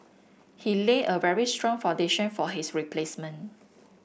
he laid a very strong foundation for his replacement